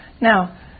Now